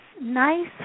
nice